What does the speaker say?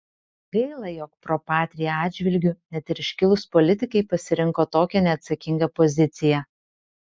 gaila jog pro patria atžvilgiu net ir iškilūs politikai pasirinko tokią neatsakingą poziciją